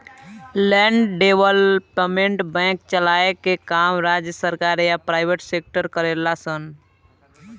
land development bank के चलाए के काम राज्य सरकार या प्राइवेट सेक्टर करेले सन